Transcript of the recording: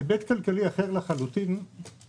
היבט כלכלי אחר לחלוטין הוא